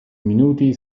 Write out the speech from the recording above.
minuti